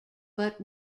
but